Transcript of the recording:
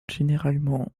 généralement